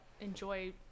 enjoy